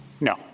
No